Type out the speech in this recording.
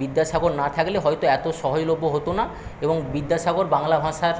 বিদ্যাসাগর না থাকলে হয়তো এত সহজলভ্য হতো না এবং বিদ্যাসাগর বাংলা ভাষার